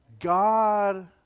God